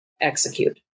execute